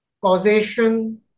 causation